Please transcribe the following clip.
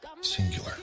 singular